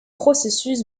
processus